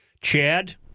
Chad